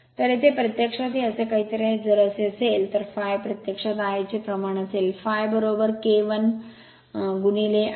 तर येथे प्रत्यक्षात हे असे काहीतरी आहे जर असे असेल तर ∅ प्रत्यक्षात Ia चे प्रमाण असेल ∅ K one Ia